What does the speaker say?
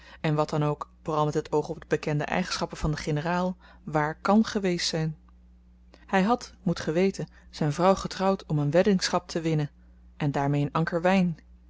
en wat dan ook vooral met het oog op de bekende eigenschappen van den generaal waar kan geweest zyn hy had moet ge weten zyn vrouw getrouwd om een weddingschap te winnen en daarmee een anker wyn